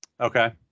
Okay